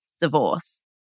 divorce